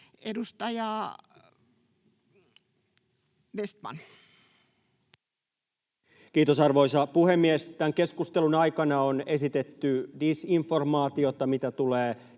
Edustaja Vestman. Kiitos, arvoisa puhemies! Tämän keskustelun aikana on esitetty disinformaatiota, mitä tulee